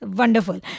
wonderful